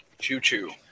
Choo-choo